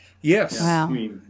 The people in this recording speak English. Yes